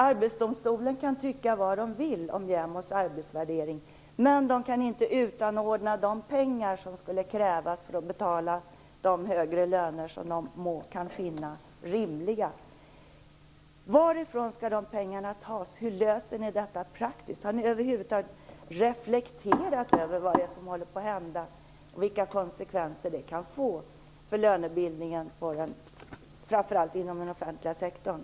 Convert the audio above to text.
Arbetsdomstolen kan tycka vad den vill om JämO:s arbetsvärdering, men den kan inte utanordna de pengar som skulle krävas för att betala de högre löner som den må finna rimliga. Varifrån skall de pengarna tas? Hur löser ni detta praktiskt? Har ni över huvud taget reflekterat över vad det är som håller på att hända och vilka konsekvenser det kan få för lönebildningen inom framför allt den offentliga sektorn?